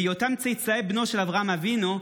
בהיותם צאצאי בנו של אברהם אבינו,